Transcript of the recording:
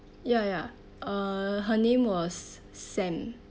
ya ya uh her name was sam